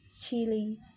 chili